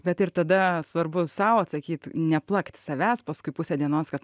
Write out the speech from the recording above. bet ir tada svarbu sau atsakyt neplakt savęs paskui pusę dienos kad